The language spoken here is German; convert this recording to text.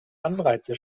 anreize